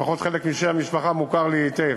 לפחות חלק משם המשפחה מוכר לי היטב,